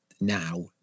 now